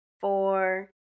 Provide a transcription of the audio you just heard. four